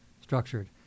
structured